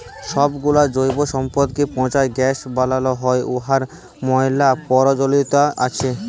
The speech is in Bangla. ছবগুলা জৈব সম্পদকে পঁচায় গ্যাস বালাল হ্যয় উয়ার ম্যালা পরয়োজলিয়তা আছে